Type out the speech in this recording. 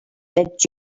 did